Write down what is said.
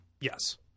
Yes